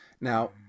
now